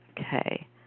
Okay